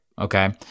okay